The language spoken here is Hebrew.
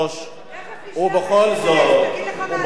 נגיד לך מה הצופים חושבים.